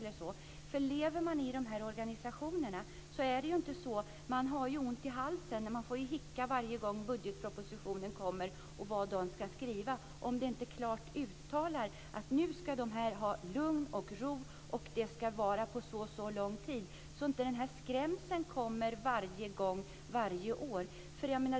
De som finns i de här organisationerna får hicka varje gång budgetpropositionen kommer när detta inte är klart uttalat. De ska ha lugn och ro och ha lång tid på sig. De ska inte behöva bli skrämda varje år.